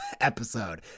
episode